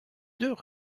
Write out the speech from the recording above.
deux